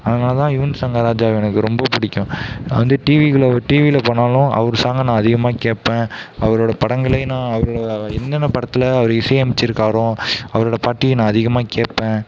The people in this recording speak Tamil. அதனால தான் யுவன் சங்கர் ராஜாவை எனக்கு ரொம்ப பிடிக்கும் நான் வந்து டீவிகளில் டீவியில் பாடினாலும் அவர் சாங்கை நான் அதிகமாக கேட்பேன் அவரோட படங்களையும் நான் அவர் என்னென்ன படத்தில் அவர் இசையமைத்திருக்காரோ அவரோட பாட்டையும் நான் அதிகமாக கேட்பேன்